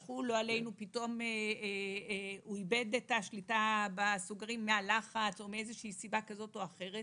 פתאום הוא איבד שליטה בסוגרים מהלחץ או מאיזה סיבה כזאת או אחרת,